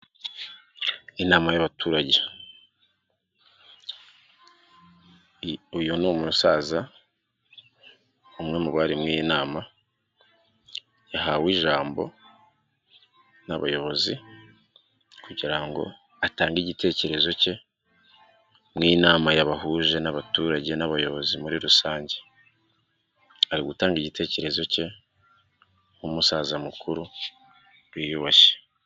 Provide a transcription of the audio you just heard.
Inama y'abaturage. Uyu ni umusaza umwe mu bari muri iyima yahawe ijambo n'abayobozi kugira ngo atange igitekerezo cye. Inama yabahuje n'abaturage n'abayobozi muri rusange ari gutanga igitekerezo cye nk'umusaza mukuru wiyubashye.